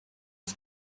was